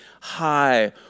high